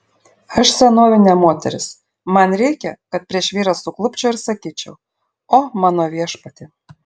aš senovinė moteris man reikia kad prieš vyrą suklupčiau ir sakyčiau o mano viešpatie